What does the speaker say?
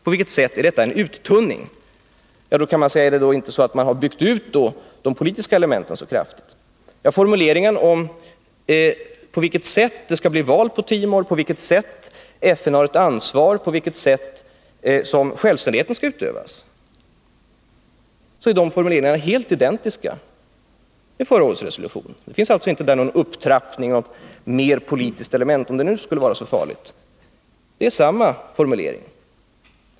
På vilket sätt är detta en uttunning? Är inte skälet i stället att de politiska elementen byggts ut kraftigt? Formuleringarna om på vilket sätt det skall bli val på Timor, på vilket sätt FN har ett ansvar, på vilket sätt självständigheten skall utövas är helt entydiga med dem i förra årets resolution. Det finns inte någon upptrappning mot mer politiska element, om nu det skulle vara så farligt. Det är samma formuleringar.